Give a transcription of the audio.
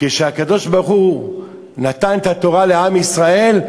כשהקדוש-ברוך-הוא נתן את התורה לעם ישראל,